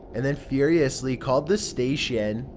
and then furiously called the station,